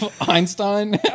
Einstein